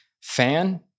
fan